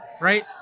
Right